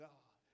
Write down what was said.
God